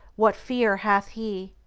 what fear hath he?